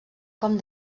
com